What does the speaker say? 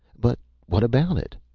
but what about it?